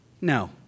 No